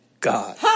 God